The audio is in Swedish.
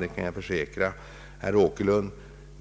det kan jag försäkra herr Åkerlund.